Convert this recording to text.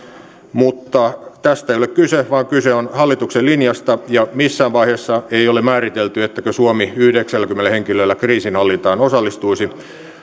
tästä ei ole kyse vaan kyse on hallituksen linjasta ja missään vaiheessa ei ole määritelty etteikö suomi yhdeksälläkymmenellä henkilöllä kriisinhallintaan osallistuisi